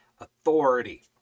authority